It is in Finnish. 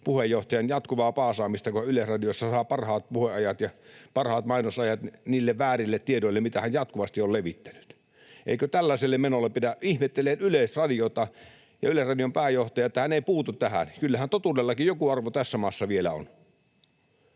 puheenjohtajan, jatkuvaa paasaamista, kun Yleisradiossa saa parhaat puheajat ja parhaat mainosajat niille väärille tiedoille, mitä hän jatkuvasti on levittänyt. Eikö tällaiselle menolle pidä... Ihmettelen Yleisradiota ja Yleisradion pääjohtajaa, että hän ei puutu tähän. Kyllähän totuudellakin joku arvo tässä maassa vielä on.